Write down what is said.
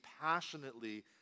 passionately